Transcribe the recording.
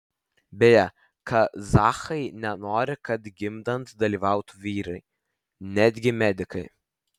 beje kazachai nenori kad gimdant dalyvautų vyrai netgi medikai